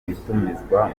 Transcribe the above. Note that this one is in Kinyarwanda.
bitumizwa